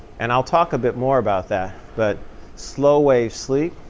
and i'll talk a bit more about that. but slow-wave sleep,